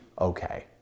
okay